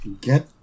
get